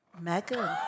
Megan